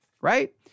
Right